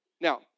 Now